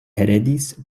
heredis